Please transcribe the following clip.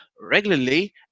regularly